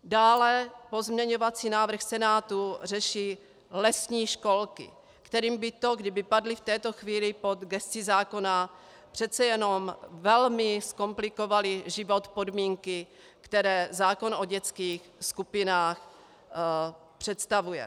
Dále pozměňovací návrh Senátu řeší lesní školky, kterým by, kdyby padly v této chvíli pod gesci zákona, přece jenom velmi zkomplikovaly život podmínky, které zákon o dětských skupinách představuje.